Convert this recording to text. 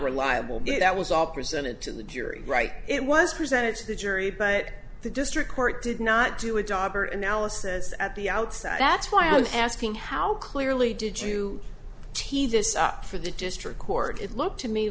reliable good that was all presented to the jury right it was presented to the jury but the district court did not do a job or analysis at the outset that's why i'm asking how clearly did you teach this up for the district court it looked to me